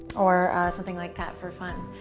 or something like that for fun.